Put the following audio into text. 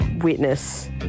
witness